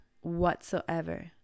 whatsoever